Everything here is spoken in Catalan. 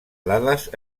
dades